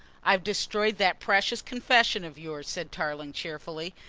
i've destroyed that precious confession of yours, said tarling cheerfully.